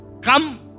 come